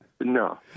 No